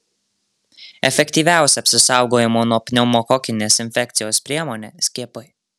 efektyviausia apsisaugojimo nuo pneumokokinės infekcijos priemonė skiepai